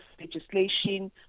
legislation